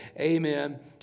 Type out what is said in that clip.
Amen